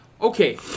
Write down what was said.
Okay